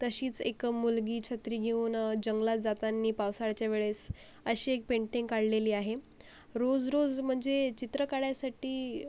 तशीच एक मुलगी छत्री गेऊन जंगलात जातांनी पावसाळ्याच्या वेळेस अशी एक पेंटिंग काळलेली आहे रोज रोज मनजे चित्र काळायसाटी